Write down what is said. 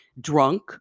drunk